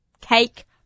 cake